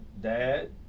dad